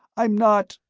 i'm not